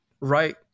right